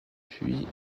puis